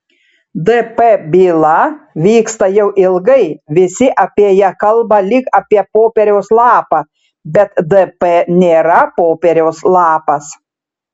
dp byla vyksta jau ilgai visi apie ją kalba lyg apie popieriaus lapą bet dp nėra popieriaus lapas